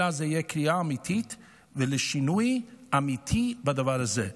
אלא זו תהיה קריאה אמיתית ולשינוי אמיתי בדבר הזה.